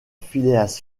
phileas